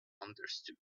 understood